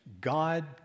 God